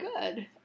good